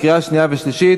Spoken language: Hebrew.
לקריאה שנייה ושלישית.